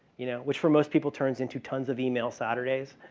you know, which for most people turns into tons of email saturdays,